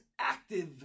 active